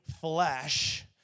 flesh